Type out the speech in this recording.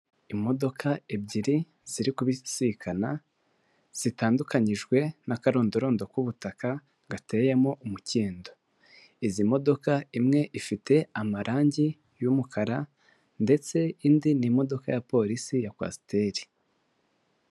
Imodoka ebyiri ziri kubisikana zitandukanyijwe n'akarondorondo k'ubutaka gateyemo umukindo, izi modoka imwe ifite amarangi y'umukara ndetse indi n'imodoka ya polisi ya kwasiteri.